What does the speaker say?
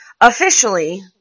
officially